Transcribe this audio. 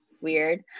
weird